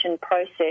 process